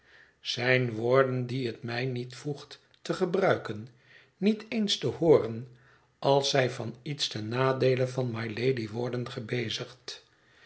zijn woorden die het mij niet voegt te gebruiken niet eens te hooren als zij van iets ten nadeele van mylady worden gebezigd